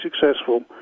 successful